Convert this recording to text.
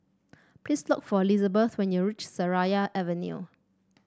please look for Lizabeth when you reach Seraya Avenue